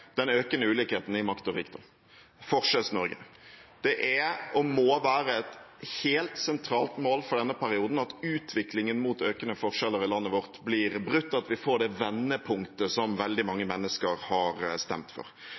den økende ulikheten i makt og rikdom – Forskjells-Norge. Det er og må være et helt sentralt mål for denne perioden at utviklingen mot økende forskjeller i landet vårt blir brutt, at vi får det vendepunktet som veldig mange mennesker har stemt for.